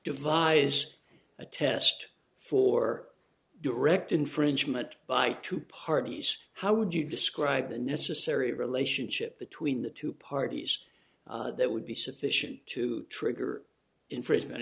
devise a test for direct infringement by two parties how would you describe the necessary relationship between the two parties that would be sufficient to trigger infringement